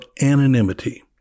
anonymity